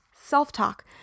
Self-talk